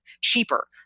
cheaper